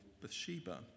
Bathsheba